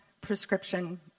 prescription